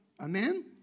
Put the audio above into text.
Amen